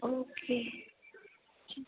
okay